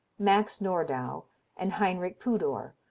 max nordau and heinrich pudor,